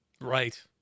Right